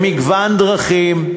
במגוון דרכים,